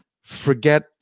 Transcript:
forget